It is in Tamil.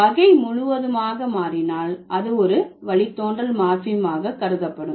வகை முழுவதுமாக மாறினால் அது ஒரு வழித்தோன்றல் மார்பீமாக கருதப்படும்